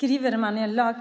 Stiftar man en lag